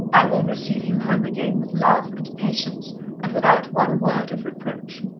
i will receive you home again with love and patience and without one word of reproach.